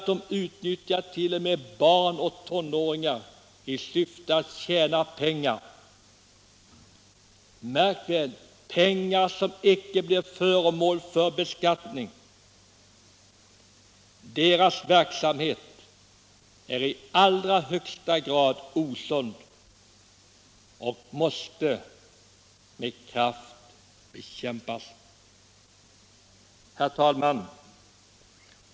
De utnyttjar t.o.m. barn och tonåringar i syfte att tjäna pengar — pengar som inte beskattas. Deras verksamhet är i allra högsta grad osund och måste med kraft bekämpas.